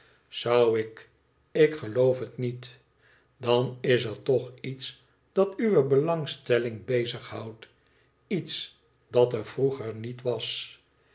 zou ik ik geloof het niet dan is er toch iets dat uwé belangstelling bezig houdt iets dat er vroeger niet was